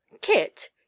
Kit